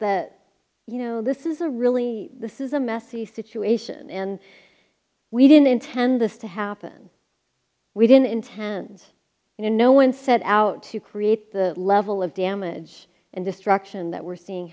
that you know this is a really this is a messy situation and we didn't intend this to happen we didn't intend no one set out to create the level of damage and destruction that we're seeing